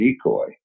decoy